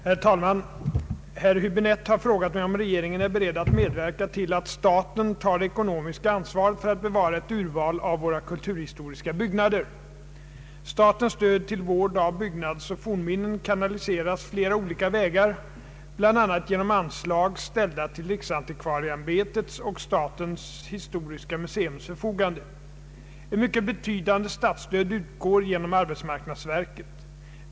Herr talman! Herr Höbinette har frågat mig om regeringen är beredd att medverka till att staten tar det ekonomiska ansvaret för att bevara ett urval av våra kulturhistoriska byggnader. Statens stöd till vård av byggnadsoch fornminnen kanaliseras flera olika vägar bl.a. genom anslag ställda till riksantikvarieämbetets och statens historiska museums förfogande. Ett mycket betydande statsstöd utgår genom arbetsmarknadsverket.